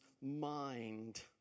mind